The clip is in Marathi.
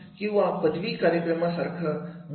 किंवा पदवी कार्यक्रमा सारखा मोठं काम असेल